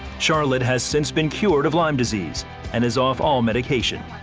charlotte has since been cured of lyme disease and is off all medication.